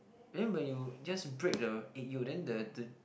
eh but you just break the egg yolk then the the